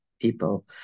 people